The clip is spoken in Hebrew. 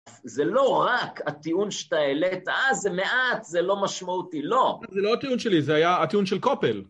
זה לא רק הטיעון שאתה העלית, אה זה מעט, זה לא משמעותי, לא. זה לא הטיעון שלי, זה היה הטיעון של קופל.